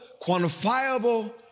quantifiable